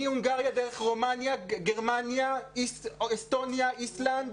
מהונגריה דרך רומניה, גרמניה, אסטוניה, איסלנד,